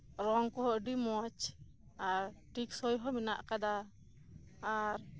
ᱨᱚᱝ ᱠᱚᱦᱚᱸ ᱟᱹᱰᱤ ᱢᱚᱸᱡᱽ ᱟᱨ ᱴᱮᱹᱠᱥᱳᱭ ᱦᱚᱸ ᱢᱮᱱᱟᱜ ᱟᱠᱟᱫᱟ ᱟᱨ